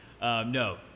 No